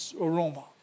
aroma